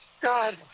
god